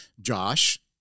Josh